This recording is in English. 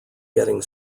getting